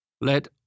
Let